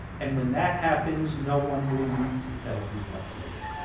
and when that happens no one will need to tell you what to do,